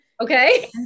Okay